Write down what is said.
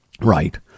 Right